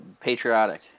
patriotic